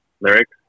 lyrics